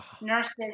nurses